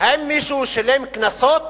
האם מישהו שילם קנסות